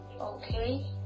Okay